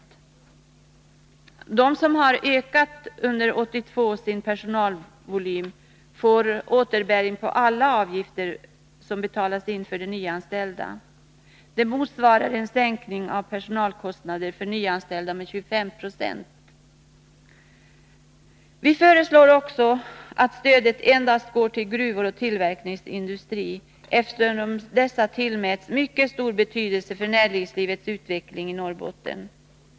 Företag som under 1982 har ökat sin personalvolym får återbäring på alla avgifter som betalas in för den nyanställda personalen. Det motsvarar en sänkning av personalkostnaderna för nyanställda med 25 96. Vi föreslår också att stödet endast går till gruvor och tillverkningsindustri, eftersom dessa tillmäts mycket stor betydelse för näringslivets utveckling i Norrbotten.